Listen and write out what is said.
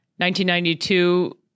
1992